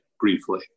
briefly